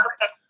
Okay